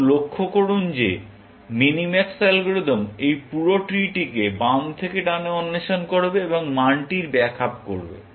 এখন লক্ষ্য করুন যে মিনিম্যাক্স অ্যালগরিদম এই পুরো ট্রিটিকে বাম থেকে ডানে অন্বেষণ করবে এবং মানটির ব্যাক আপ করবে